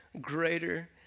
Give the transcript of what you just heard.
greater